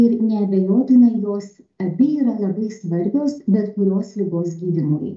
ir neabejotinai jos abi yra labai svarbios bet kurios ligos gydymui